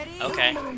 Okay